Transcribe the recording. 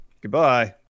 Goodbye